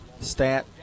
stat